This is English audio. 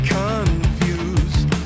confused